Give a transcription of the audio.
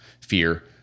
fear